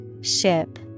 Ship